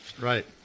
Right